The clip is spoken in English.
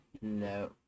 No